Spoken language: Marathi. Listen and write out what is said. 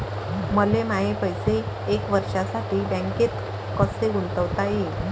मले माये पैसे एक वर्षासाठी बँकेत कसे गुंतवता येईन?